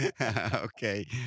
Okay